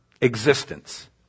existence